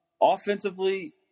Offensively